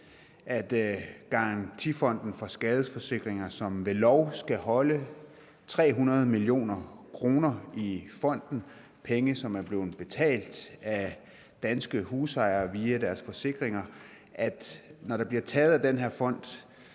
Garantifonden for Skadesforsikringsselskaber skal ved lov holde 300 mio. kr. i fonden. Det er penge, som er blevet betalt af danske husejere via deres forsikringer. Når der bliver taget af den her fond